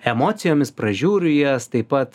emocijomis pražiūriu jas taip pat